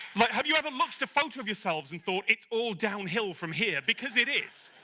like, have you ever looked photo of yourselves and thought it's all downhill from here because it is.